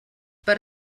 per